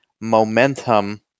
momentum